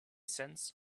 cents